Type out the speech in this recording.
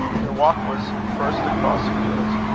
their walk was first across fields,